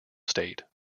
state